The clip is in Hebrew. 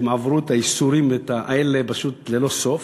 שהם עברו את הייסורים האלה ללא סוף.